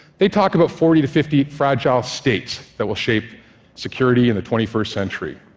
they talk about forty to fifty fragile states that will shape security in the twenty first century.